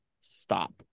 stop